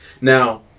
Now